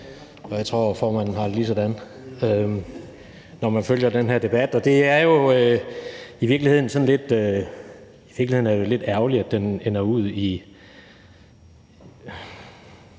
og jeg tror, formanden har det ligesådan – når jeg følger den her debat. Det er jo i virkeligheden lidt ærgerligt, at den ender ud i